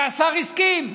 והשר הסכים.